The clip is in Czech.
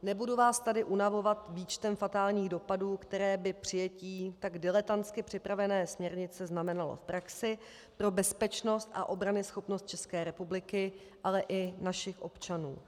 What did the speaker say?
Nebudu vás tady unavovat výčtem fatálních dopadů, které by přijetí tak diletantsky připravené směrnice znamenalo v praxi pro bezpečnost a obranyschopnost České republiky, ale i našich občanů.